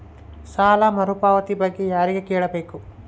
ಸಾಲ ಮರುಪಾವತಿ ಬಗ್ಗೆ ಯಾರಿಗೆ ಕೇಳಬೇಕು?